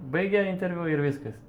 baigia interviu ir viskas